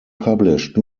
published